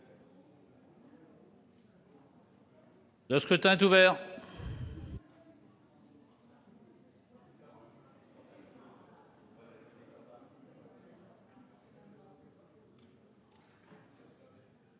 Le scrutin est ouvert.